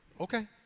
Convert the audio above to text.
Okay